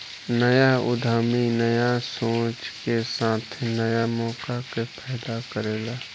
न्या उद्यमी न्या सोच के साथे न्या मौका के पैदा करेला